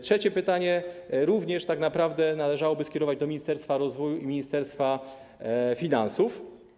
Trzecie pytanie również tak naprawdę należałoby skierować do Ministerstwa Rozwoju i Ministerstwa Finansów.